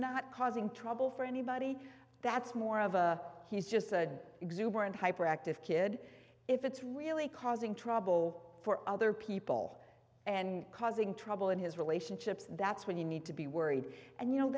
not causing trouble for anybody that's more of a he's just a exuberant hyperactive kid if it's really causing trouble for other people and causing trouble in his relationships that's when you need to be worried and you know